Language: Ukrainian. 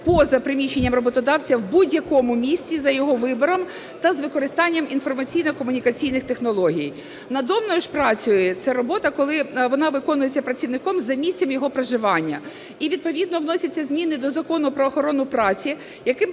поза приміщенням роботодавця в будь-якому місці за його вибором та з використанням інформаційно-комунікаційних технологій. Надомна ж праця – це робота, коли вона виконається працівником за місцем його проживання. І відповідно вносяться зміни до Закону "Про охорону праці", яким